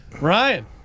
Ryan